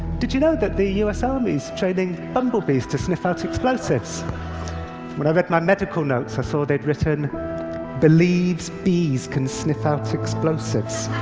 did you know that the u s. army is training bumblebees to sniff out explosives when i read my medical notes, i saw they'd written believes bees can sniff out explosives